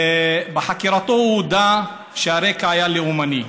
בחקירתו הוא הודה שהרקע היה לאומני.